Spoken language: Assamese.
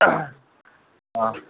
অ